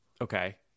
Okay